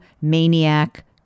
maniac